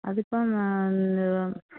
അതിപ്പം